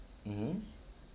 mmhmm